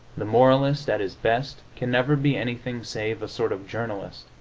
the moralist, at his best, can never be anything save a sort of journalist.